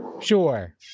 Sure